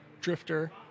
drifter